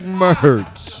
merch